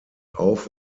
auf